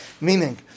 meaning